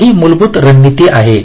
तर ही मूलभूत रणनीती आहे